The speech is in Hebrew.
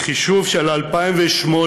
בחישוב של 2008,